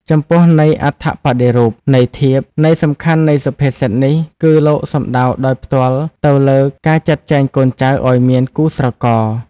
ចំពោះន័យអត្ថប្បដិរូប ន័យធៀប ន័យសំខាន់នៃសុភាសិតនេះ គឺលោកសំដៅដោយផ្ទាល់ទៅលើ ការចាត់ចែងកូនចៅឱ្យមានគូស្រករ។